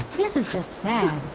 this is just sad